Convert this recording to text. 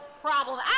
problem